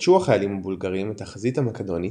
נטשו החיילים הבולגרים את החזית המקדונית,